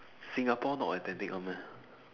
singapore not authentic one meh